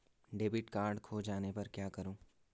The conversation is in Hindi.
डेबिट कार्ड खो जाने पर क्या करूँ?